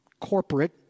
corporate